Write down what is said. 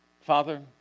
Father